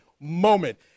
moment